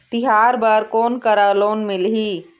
तिहार बर कोन करा लोन मिलही?